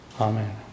amen